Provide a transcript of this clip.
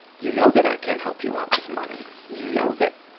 you know that i can't help you out with money. you know that,